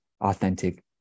authentic